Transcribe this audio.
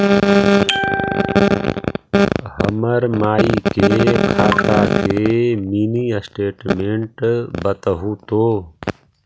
हमर माई के खाता के मीनी स्टेटमेंट बतहु तो?